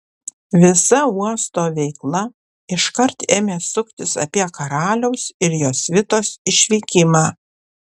visa uosto veikla iškart ėmė suktis apie karaliaus ir jo svitos išvykimą